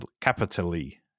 capitally